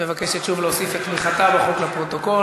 התשע"ה 2015, לוועדת החוקה, חוק ומשפט נתקבלה.